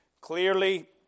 Clearly